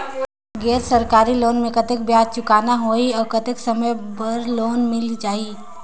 गैर सरकारी लोन मे कतेक ब्याज चुकाना होही और कतेक समय बर लोन मिल जाहि?